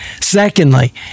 Secondly